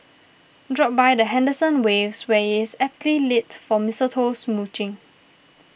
drop by the Henderson Waves where is aptly lit for mistletoe smooching